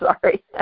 sorry